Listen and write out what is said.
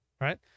right